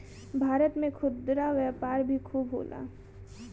भारत में खुदरा व्यापार भी खूबे होला